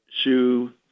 shoe